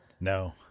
No